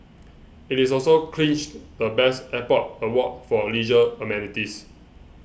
it also clinched the best airport award for leisure amenities